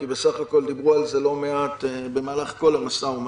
כי בסך הכול דיברו על זה לא מעט במהלך כל המשא-ומתן.